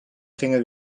gingen